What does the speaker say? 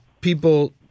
people